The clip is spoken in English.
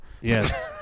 Yes